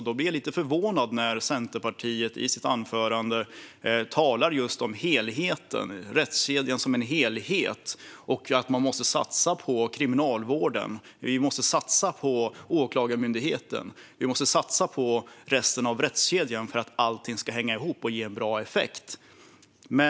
Jag blev lite förvånad när Centerpartiet i sitt anförande talade just om helheten - om rättskedjan som en helhet - och om att vi måste satsa på Kriminalvården, Åklagarmyndigheten och resten av rättskedjan för att allting ska hänga ihop och ge en bra effekt.